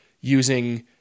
using